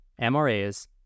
MRAs